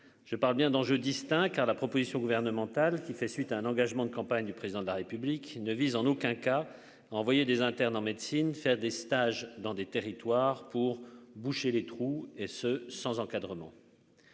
Je parle bien d'enjeux distincts, car la proposition gouvernementale qui fait suite à un engagement de campagne du président de la République ne vise en aucun cas envoyer des internes en médecine, faire des stages dans des territoires pour boucher les trous, et ce sans encadrement.